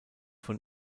von